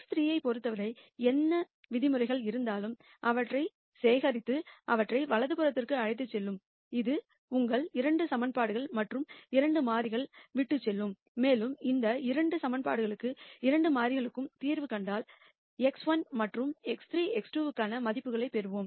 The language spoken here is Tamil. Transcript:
X3 ஐப் பொறுத்தவரை என்ன விதிமுறைகள் இருந்தாலும் அவற்றைச் சேகரித்து அவற்றை வலது புறத்திற்கு எடுத்து செல்லுங்கள் அது உங்களை 2 ஈகிவேஷன்கள் மற்றும் 2 வேரியபிள்கள் விட்டுச்செல்லும் மேலும் அந்த 2 ஈகிவேஷன்கள் 2 வேரியபிள்களுக்கும் தீர்வு கண்டால் x1 மற்றும் x3 x2 க்கான மதிப்புகளைப் பெறுவோம்